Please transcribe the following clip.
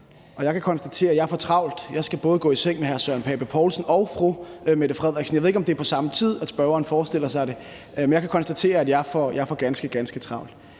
Jeg kan konstatere, at jeg får travlt. Jeg skal både gå i seng med hr. Søren Pape Poulsen og statsministeren. Jeg ved ikke, om det er på samme tid, at spørgeren forestiller sig det, men jeg kan konstatere, at jeg får ganske, ganske travlt.